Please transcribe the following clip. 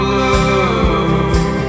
love